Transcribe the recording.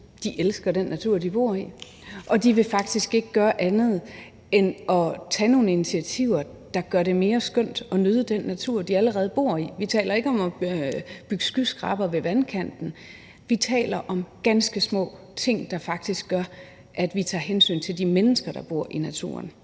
elsker den natur, de bor i, og de vil faktisk ikke gøre andet end at tage nogle initiativer, der gør det mere skønt at nyde den natur, de allerede bor i. Vi taler ikke om at bygge skyskrabere ved vandkanten. Vi taler om ganske små ting, der faktisk gør, at vi tager hensyn til de mennesker, der bor i naturen,